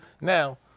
Now